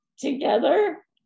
Together